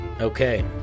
Okay